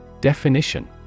Definition